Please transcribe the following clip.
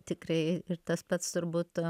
tikrai ir tas pats turbūt